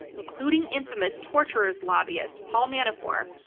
including infamous torturers' lobbyist, paul manafort,